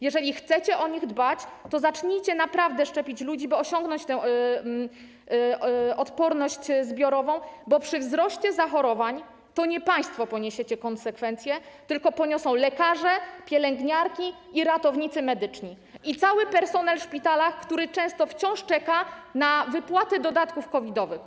Jeżeli chcecie o nich dbać, to zacznijcie naprawdę szczepić ludzi, by osiągnąć odporność zbiorową, bo przy wzroście zachorowań to nie państwo poniesiecie konsekwencje, tylko poniosą je lekarze, pielęgniarki, ratownicy medyczni i cały personel szpitala, który często wciąż czeka na wypłaty dodatków COVID-owych.